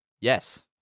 Yes